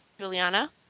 Juliana